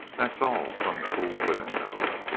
that's all some fool women know.